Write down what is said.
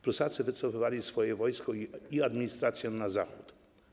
Prusacy wycofywali swoje wojsko i administrację na zachód.